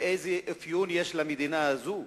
ואיזה אפיון יש למדינה הזאת,